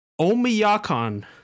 Omiyakon